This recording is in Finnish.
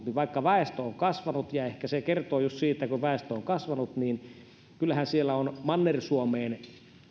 niin vaikka väestö on kasvanut ja ehkä se kertoo just siitä että kun väestö on kasvanut niin kyllähän siellä on manner suomeen